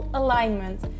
alignment